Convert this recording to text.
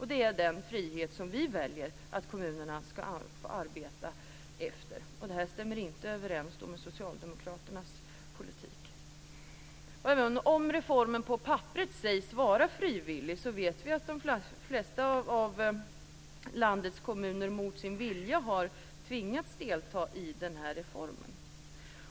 Det senare är den frihet som vi väljer att kommunerna ska få arbeta efter, och det stämmer inte överens med Socialdemokraternas politik. Även om reformen på papperet sägs vara frivillig, vet vi att de flesta av landets kommuner mot sin vilja har tvingats att delta i den här reformen.